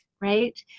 right